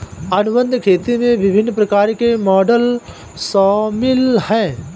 अनुबंध खेती में विभिन्न प्रकार के मॉडल शामिल हैं